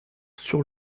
sur